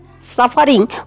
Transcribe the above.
suffering